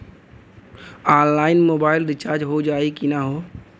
Online mobile recharge हो जाई की ना हो?